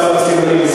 הסימנים.